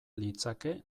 litzake